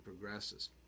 progresses